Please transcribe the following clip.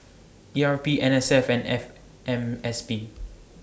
E R P N S F and F M S P